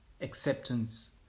acceptance